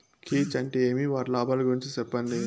కీచ్ అంటే ఏమి? వాటి లాభాలు గురించి సెప్పండి?